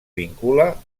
vincula